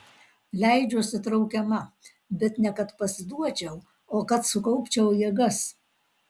leidžiuosi traukiama bet ne kad pasiduočiau o kad sukaupčiau jėgas